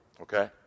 okay